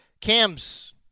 Cam's